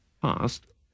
past